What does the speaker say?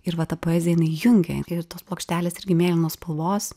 ir va ta poezija jungia ir tos plokštelės irgi mėlynos spalvos